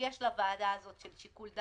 הכנסת רוצה ללכת על תיקון חקיקה.